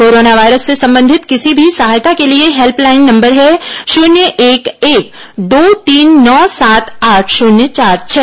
corona virus से संबंधित किसी भी सहायता के लिए हेल्पलाइन नम्बर है शन्य एक एक दो तीन नौ सात आठ शन्य चार छह